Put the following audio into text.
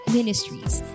Ministries